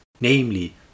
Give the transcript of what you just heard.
namely